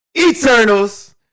Eternals